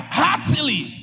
heartily